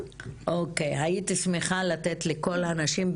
הייתי שמחה לתת לכל הנשים,